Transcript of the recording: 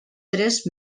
tres